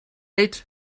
gate